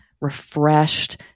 refreshed